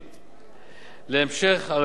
להמשך הרפורמה במערכת המסים.